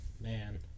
Man